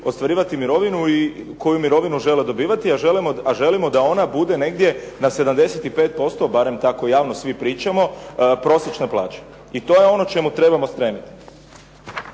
ostvarivati mirovinu i koju mirovinu žele dobivati a želimo da ona bude negdje na 75%, barem tako javno svi pričamo prosječne plaće. I to je ono čemu trebamo stremiti.